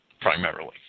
primarily